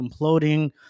imploding